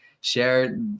share